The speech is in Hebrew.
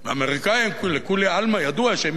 לכולי עלמא ידוע שהם יודעים משהו עלינו.